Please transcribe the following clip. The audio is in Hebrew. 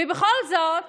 ובכל זאת